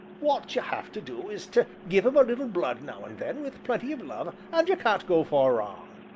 wot you have to do is to give em a little blood now and then with plenty of love and you can't go far wrong!